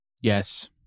Yes